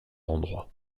endroits